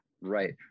right